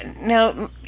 now